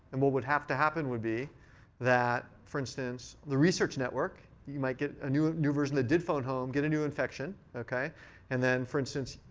and what would have to happen would be that, for instance, the research network, you might get a new a new version that did phone home, get a new infection, and then, for instance,